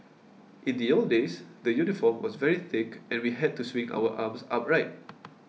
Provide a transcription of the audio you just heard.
in the old days the uniform was very thick and we had to swing our arms upright